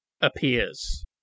appears